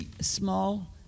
small